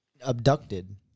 abducted